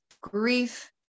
grief